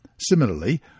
Similarly